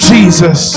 Jesus